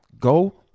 Go